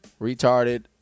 Retarded